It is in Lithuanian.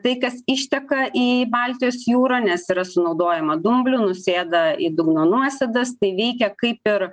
tai kas išteka į baltijos jūrą nes yra sunaudojama dumblių nusėda į dugno nuosėdas tai veikia kaip ir